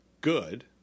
good